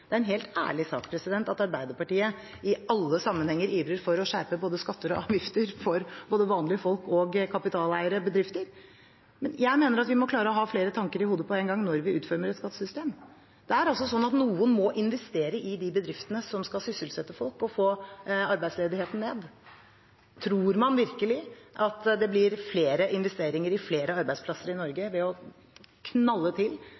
Det er en helt ærlig sak at Arbeiderpartiet i alle sammenhenger ivrer for å skjerpe både skatter og avgifter for både vanlige folk og kapitaleiere, bedrifter. Men jeg mener at vi må klare å ha flere tanker i hodet på en gang når vi utformer et skattesystem. Det er altså sånn at noen må investere i de bedriftene som skal sysselsette folk og få arbeidsledigheten ned. Tror man virkelig at det blir flere investeringer i flere arbeidsplasser i Norge ved å knalle til